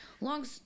long